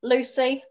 Lucy